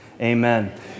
amen